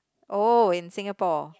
oh in Singapore